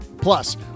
Plus